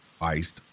iced